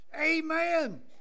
Amen